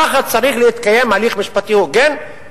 כך צריך להתקיים הליך משפטי הוגן,